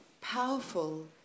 powerful